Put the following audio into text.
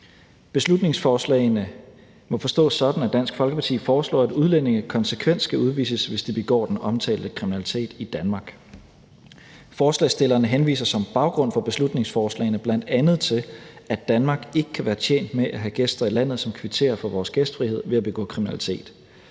Beslutningsforslagene må forstås sådan, at Dansk Folkeparti foreslår, at udlændinge konsekvent skal udvises, hvis de begår den omtalte kriminalitet i Danmark. Forslagsstillerne henviser som baggrund for beslutningsforslagene bl.a. til, at Danmark ikke kan være tjent med at have gæster i landet, som kvitterer for vores gæstfrihed ved at begå kriminalitet.